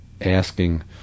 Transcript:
asking